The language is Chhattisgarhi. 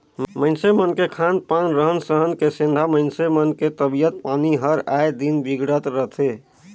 मइनसे मन के खान पान, रहन सहन के सेंधा मइनसे मन के तबियत पानी हर आय दिन बिगड़त रथे